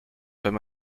wenn